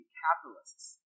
capitalists